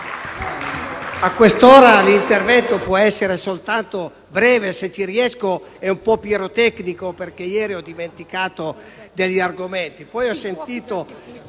a quest'ora l'intervento può essere soltanto breve, se ci riesco, e un po' pirotecnico, perché ieri ho dimenticato degli argomenti.